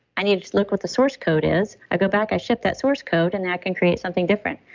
i need to just look what the source code is. i go back, i shift that source code and that can create something different.